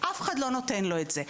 אף אחד לא נותן זאת.